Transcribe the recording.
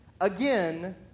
again